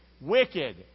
Wicked